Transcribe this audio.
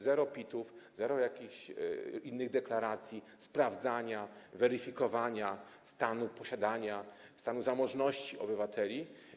Zero PIT-ów, zero jakichś innych deklaracji, sprawdzania, weryfikowania stanu posiadania, poziomu zamożności obywateli.